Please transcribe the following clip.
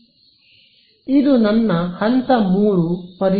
ಆದ್ದರಿಂದ ಇದು ನನ್ನ ಹಂತ 3 ಪರಿಹರಿಸುವುದು